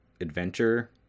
adventure